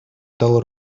дала